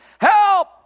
Help